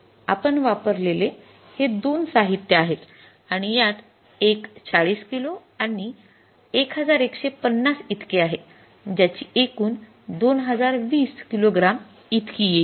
आपण वापरलेले हे दोन साहित्य आहेत आणि यात एक ४० किलो आणि ११५० इतके आहे ज्याची एकूण २०२० किलो ग्रॅम्स इतकी येईल